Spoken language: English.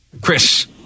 Chris